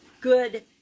good